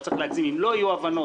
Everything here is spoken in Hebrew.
לא צריך להגזים אם לא יהיו הבנות,